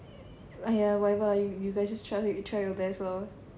!aiya! whatever lah you you guys just trust yo~ try your best lor